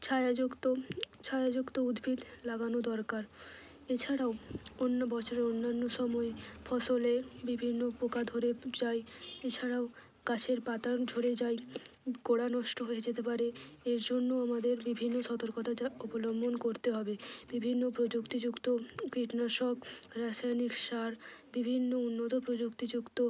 ছায়াযুক্ত ছায়াযুক্ত উদ্ভিদ লাগানো দরকার এছাড়াও অন্য বছরে অন্যান্য সময় ফসলে বিভিন্ন পোকা ধরে যায় এছাড়াও গাছের পাতা ঝরে যায় গোড়া নষ্ট হয়ে যেতে পারে এর জন্য আমাদের বিভিন্ন সতর্কতা অবলম্বন করতে হবে বিভিন্ন প্রযুক্তিযুক্ত কীটনাশক রাসায়নিক সার বিভিন্ন উন্নত প্রযুক্তিযুক্ত